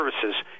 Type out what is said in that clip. services